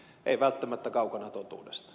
ei välttämättä kaukana totuudesta